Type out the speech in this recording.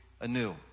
anew